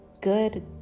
good